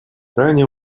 крайне